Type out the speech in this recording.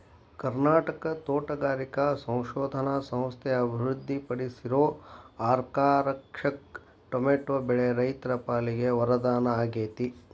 ಕರ್ನಾಟಕದ ತೋಟಗಾರಿಕಾ ಸಂಶೋಧನಾ ಸಂಸ್ಥೆ ಅಭಿವೃದ್ಧಿಪಡಿಸಿರೋ ಅರ್ಕಾರಕ್ಷಕ್ ಟೊಮೆಟೊ ಬೆಳೆ ರೈತರ ಪಾಲಿಗೆ ವರದಾನ ಆಗೇತಿ